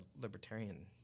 libertarian